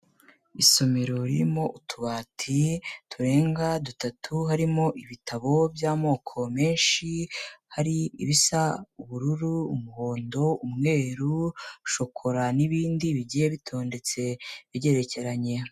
Isomero ririmo utubati turenga dutatu, harimo ibitabo by'amoko menshi, hari ibisa ubururu, umuhondo, umweru, shokora n'ibindi bigiye bitondetse, bigerekeranye.